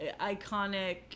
iconic